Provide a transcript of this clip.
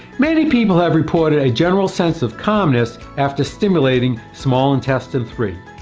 many people have reported a general sense of calmness after stimulating small intestine three.